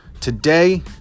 today